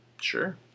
Sure